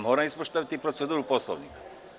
Moram ispoštovati proceduru Poslovnika.